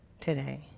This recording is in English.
today